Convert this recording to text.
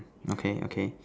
okay okay